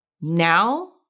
Now